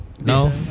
No